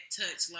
touch